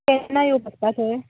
केन्ना येवंक शकता थंय